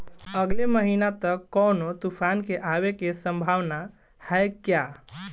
अगले महीना तक कौनो तूफान के आवे के संभावाना है क्या?